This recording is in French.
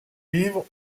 livres